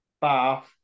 Bath